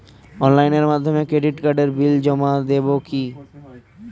অনলাইনের মাধ্যমে ক্রেডিট কার্ডের বিল জমা দেবো কি?